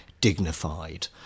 dignified